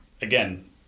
Again